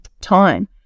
time